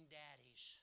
daddies